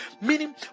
meaning